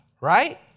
right